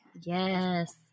yes